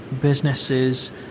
businesses